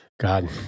God